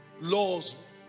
laws